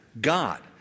God